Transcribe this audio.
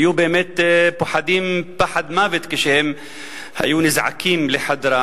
הם היו באמת פוחדים פחד מוות כשהם היו נזעקים לחדרה,